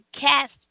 cast